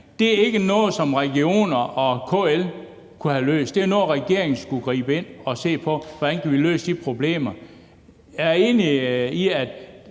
Det var ikke noget, som regionerne og KL kunne have løst. Det var noget, hvor regeringen skulle gribe ind og se på, hvordan man kunne løse de problemer. Jeg er enig i, at